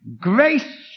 grace